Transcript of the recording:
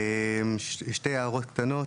שתי הערות קטנות.